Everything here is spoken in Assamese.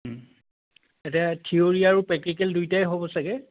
এতিয়া থিয়ৰী আৰু প্ৰেক্টিকেল দুয়োটাই হ'ব ছাগৈ